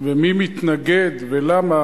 ומי מתנגד ולמה,